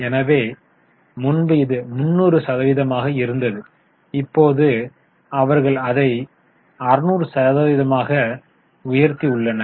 எனவே முன்பு இது 300 சதவீதமாக இருந்தது இப்போது அவர்கள் அதை 600 சதவீதமாக உயர்த்தி உள்ளனர்